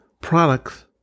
Products